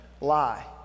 lie